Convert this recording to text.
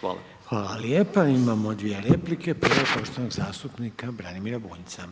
Hvala. **Reiner, Željko (HDZ)** Hvala lijepa, imamo dvije replike, prva poštovanog zastupnika Branimira Bunjca.